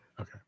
Okay